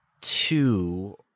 two